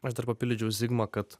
aš dar papildyčiau zigmą kad